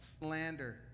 slander